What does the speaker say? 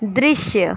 दृश्य